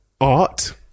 art